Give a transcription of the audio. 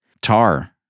Tar